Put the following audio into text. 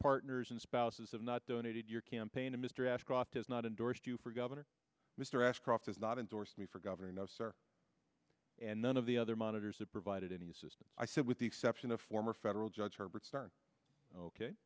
partners and spouses of not donated your campaign mr ashcroft has not endorsed you for governor mr ashcroft has not endorsed me for governor no sir and none of the other monitors have provided any assistance i said with the exception of former federal judge herbert stern ok